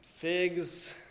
figs